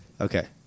Okay